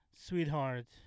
sweetheart